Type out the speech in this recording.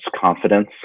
confidence